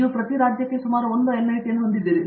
ನೀವು ಪ್ರತಿ ರಾಜ್ಯಕ್ಕೆ ಸುಮಾರು 1 ಎನ್ಐಟಿಯನ್ನು ಹೊಂದಿದ್ದೀರಿ